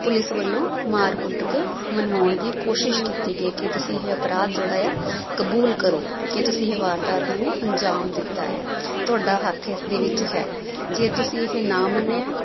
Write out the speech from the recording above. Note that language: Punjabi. ਪੁਲਿਸ ਵੱਲੋਂ ਮਾਰ ਕੁੱਟ ਕੇ ਮਨਵਾਉਣ ਦੀ ਕੋਸ਼ਿਸ਼ ਕੀਤੀ ਗਈ ਕਿ ਤੁਸੀਂ ਇਹ ਅਪਰਾਧ ਜਿਹੜਾ ਆ ਕਬੂਲ ਕਰੋ ਕਿ ਤੁਸੀਂ ਇਹ ਵਾਰਦਾਤ ਨੂੰ ਅੰਜਾਮ ਦਿੱਤਾ ਹੈ ਤੁਹਾਡਾ ਹੱਥ ਇਸ ਦੇ ਵਿੱਚ ਹੈ ਜੇ ਤੁਸੀਂ ਇਹ ਨਾ ਮੰਨਿਆ